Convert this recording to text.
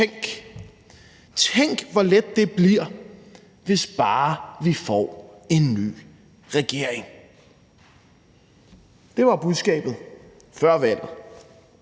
tænk, hvor let det bliver, hvis bare vi får en ny regeringen. Det var budskabet før valget.